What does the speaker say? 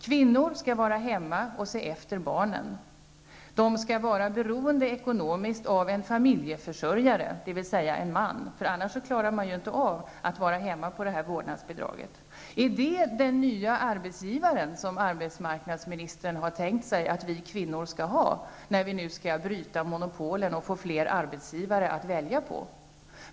Kvinnor skall vara hemma och se efter barnen. De skall vara ekonomiskt beroende av en familjeförsörjare, dvs. en man. Annars klarar man inte av att vara hemma med detta vårdnadsbidrag. Är detta den nya arbetsgivare som arbetsmarknadsministern har tänkt sig att vi kvinnor skall ha, när vi nu skall bryta monopolen och få flera arbetsgivare att välja på?